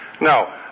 No